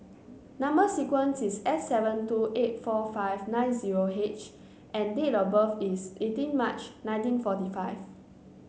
number sequence is S seven two eight four five nine zero H and date of birth is eighteen March nineteen forty five